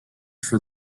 for